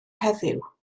heddiw